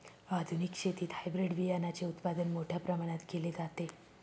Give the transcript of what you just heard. आधुनिक शेतीत हायब्रिड बियाणाचे उत्पादन मोठ्या प्रमाणात केले जाते